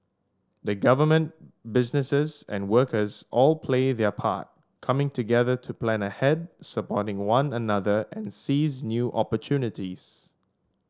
the government businesses and workers all play their part coming together to plan ahead support one another and seize new opportunities